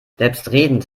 selbstredend